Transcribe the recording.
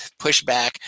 pushback